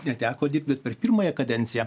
neteko dirbt per pirmąją kadenciją